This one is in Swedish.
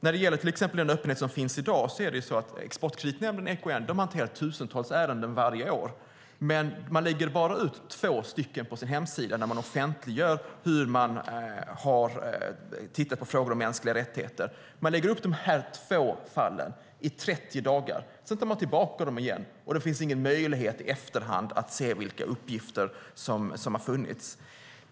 När det gäller till exempel den öppenhet som finns i dag hanterar Exportkreditnämnden, EKN, tusentals ärenden varje år, men man lägger bara ut två på sin hemsida där man offentliggör hur man har tittat på frågor om mänskliga rättigheter. Man lägger upp de här två fallen i 30 dagar, sedan tar man tillbaka dem igen, och det finns igen möjlighet att i efterhand se vilka uppgifter som har funnits.